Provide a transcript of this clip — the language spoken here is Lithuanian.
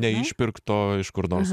neišpirkto iš kur nors